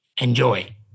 Enjoy